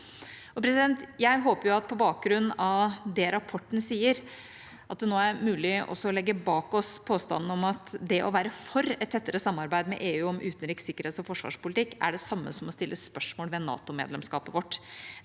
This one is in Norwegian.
sikkerhet.» Jeg håper at det nå på bakgrunn av det rapporten sier, er mulig også å legge bak oss påstanden om at det å være for et tettere samarbeid med EU om utenriks-, sikkerhets- og forsvarspolitikk er det samme som å stille spørsmål ved NATO-medlemskapet vårt.